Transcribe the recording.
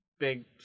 big